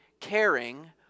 caring